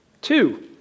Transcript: Two